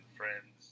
friends